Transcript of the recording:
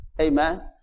amen